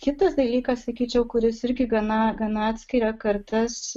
ir kitas dalykas sakyčiau kuris irgi gana gana atskiria kartas